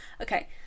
okay